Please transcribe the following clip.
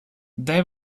they